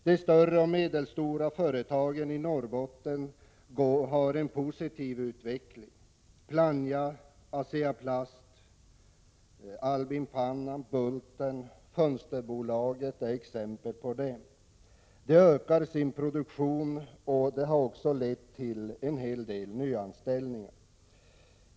De större och medelstora företagen i Norrbottens näringsliv har en positiv utveckling. Plannja, ASEA Plast, Albin-Pannan, Bulten och Fönsterbolaget är exempel på det. De ökar sin produktion, och det har också lett till en hel del nyanställningar.